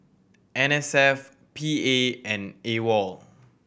N S F P A and AWOL